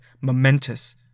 momentous